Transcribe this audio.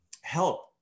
help